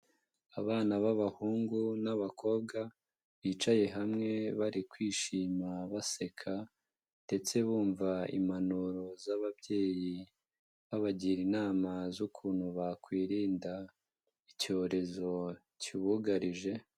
Abana b'abahungu n'abakobwa bicaye hamwe bari kwishima baseka, ndetse bumva impanuro z'ababyeyi babagira inama z'ukuntu bakwirinda icyorezo cyubugarije.